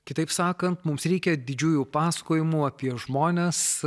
kitaip sakant mums reikia didžiųjų pasakojimų apie žmones